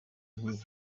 nti